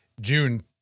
June